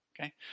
Okay